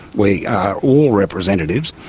we are all representatives.